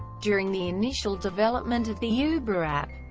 during the initial development of the uber app,